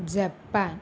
Japan